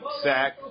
sack